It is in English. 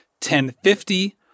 10:50